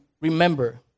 remember